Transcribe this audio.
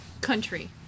country